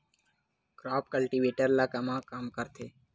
Crop cultivator ला कमा काम आथे?